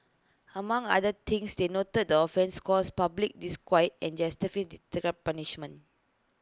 among other things they noted the offence caused public disquiet and justified deterrent punishment